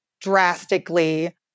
drastically